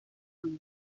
amor